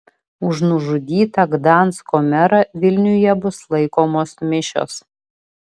už nužudytą gdansko merą vilniuje bus laikomos mišios